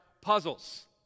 puzzles